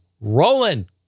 rolling